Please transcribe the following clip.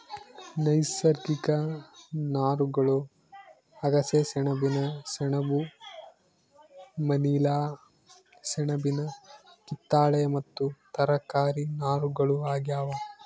ನೈಸರ್ಗಿಕ ನಾರುಗಳು ಅಗಸೆ ಸೆಣಬಿನ ಸೆಣಬು ಮನಿಲಾ ಸೆಣಬಿನ ಕತ್ತಾಳೆ ಮತ್ತು ತರಕಾರಿ ನಾರುಗಳು ಆಗ್ಯಾವ